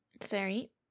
Sorry